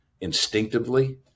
instinctively